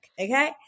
Okay